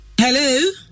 Hello